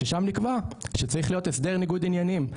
ששם נקבע שצריך להיות הסדר ניגוד עניינים,